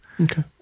Okay